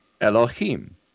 Elohim